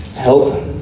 help